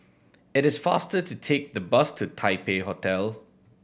it is faster to take the bus to Taipei Hotel